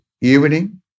evening